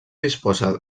disposa